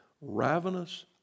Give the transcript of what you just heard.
ravenous